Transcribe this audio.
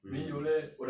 mm